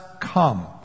come